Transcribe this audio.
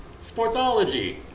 Sportsology